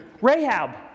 Rahab